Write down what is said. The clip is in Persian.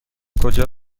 کجا